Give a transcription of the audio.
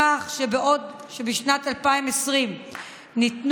כך שבעוד שבשנת 2020 ניתנו